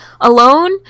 alone